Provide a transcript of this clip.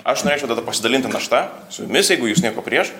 aš norėčiau tada pasidalinti našta su jumis jeigu jūs nieko prieš